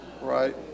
right